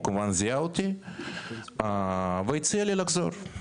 הוא כמובן זיהה אותי, והציע לי לחזור.